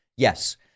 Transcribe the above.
Yes